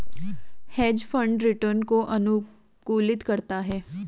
hedge fund return को अनुकूलित करता है